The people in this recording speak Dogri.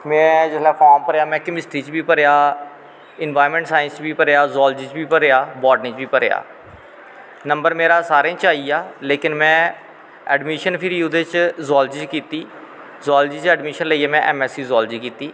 में जिसलै फार्म भरेआ में कमिस्ट्री च बी भरेआ इन्वाईरनमैट साईंस च बी भरेआ जिऑलजी च बी भरेआ बॉटनी च बी भरेआ नंबर मेरा सारें च आईया लेकिन में ऐडमिशन फिरी ओह्दे त जिऑलजी च कीती जिऑलजी च अड़मिशन लेईयै में जिऑलजी च ऐम ऐस सी कीती